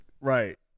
Right